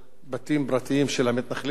של המתנחלים על אדמות פרטיות של פלסטינים,